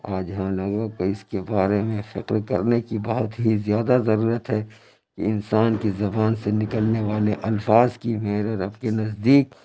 آج ہم لوگوں کو اس کے بارے میں فکر کرنے کی بہت ہی زیادہ ضرورت ہے یہ انسان کی زبان سے نکلنے والے الفاظ کی میرے رب کے نزدیک